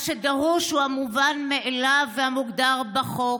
מה שדרוש הוא המובן מאליו והמוגדר בחוק: